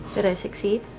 did i succeed?